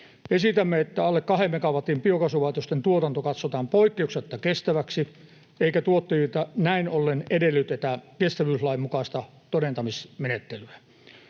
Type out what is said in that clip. Esitämme, että alle kahden megawatin biokaasulaitosten tuotanto katsotaan poikkeuksetta kestäväksi eikä tuottajilta näin ollen edellytetä kestävyyslain mukaista todentamismenettelyä.